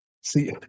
See